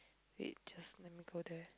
wait just let me go there